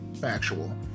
Factual